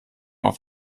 auf